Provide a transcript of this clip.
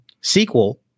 sequel